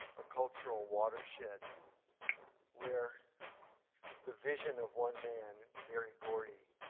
a cultural watershed where the vision of one man, berry gordy,